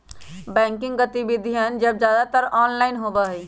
banking गतिविधियन अब ज्यादातर ऑनलाइन होबा हई